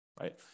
right